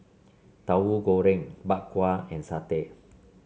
Tahu Goreng Bak Kwa and satay